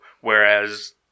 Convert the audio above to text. whereas